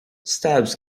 stabs